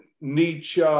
Nietzsche